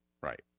Right